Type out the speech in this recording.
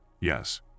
yes